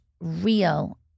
real